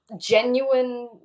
genuine